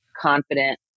confident